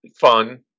fun